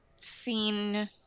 seen